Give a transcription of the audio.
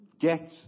get